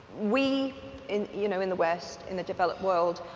we in you know in the west, in the developed world,